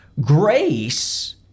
Grace